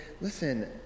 listen